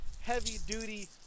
heavy-duty